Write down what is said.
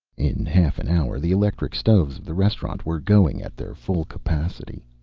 in half an hour the electric stoves of the restaurant were going at their full capacity.